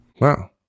Wow